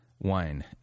Wine